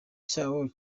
cyawo